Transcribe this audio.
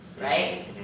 right